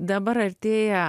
dabar artėja